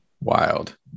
Wild